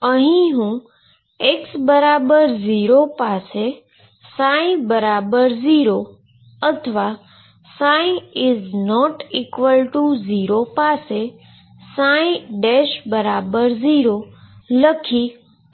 હવે હું અહીં x0 પાસે ψ0 અથવા ψ≠0 0 લખી